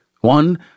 one